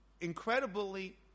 incredibly